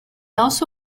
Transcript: also